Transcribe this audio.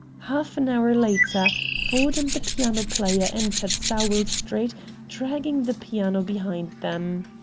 half an hour later, ford and the piano-player entered sowell street dragging the piano behind them.